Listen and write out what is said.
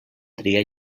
triar